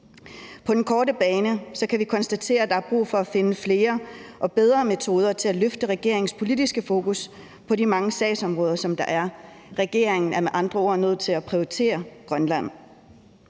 På den korte bane kan vi konstatere, at der er brug for at finde flere og bedre metoder til at sætte regeringens politiske fokus på de mange sagsområder, der er. Regeringen er med andre ord nødt til at prioritere Grønland.